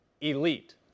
elite